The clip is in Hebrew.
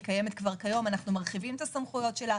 היא קיימת כבר היום ואנחנו מרחיבים את הסמכויות שלה.